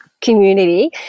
community